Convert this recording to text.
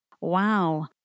Wow